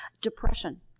depression